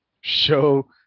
show